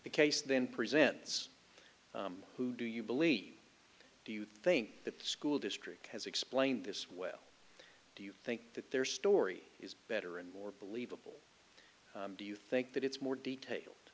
the case then presents who do you believe do you think that the school district has explained this well do you think that their story is better and more believable do you think that it's more detail